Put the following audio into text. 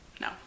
no